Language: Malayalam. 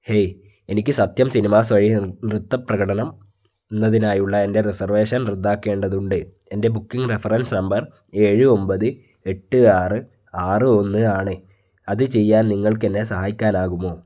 ഹേയ് എനിക്ക് സത്യം സിനിമാസ് വഴി നൃത്ത പ്രകടനം എന്നതിനായുള്ള എൻ്റെ റിസർവേഷൻ റദ്ദാക്കേണ്ടതുണ്ട് എൻ്റെ ബുക്കിംഗ് റഫറൻസ് നമ്പർ ഏഴ് ഒമ്പത് എട്ട് ആറ് ആറ് ഒന്ന് ആണ് അത് ചെയ്യാൻ നിങ്ങൾക്ക് എന്നെ സഹായിക്കാനാകുമോ